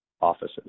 offices